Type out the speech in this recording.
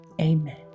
Amen